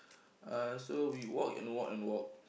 uh so we walk and walk and walk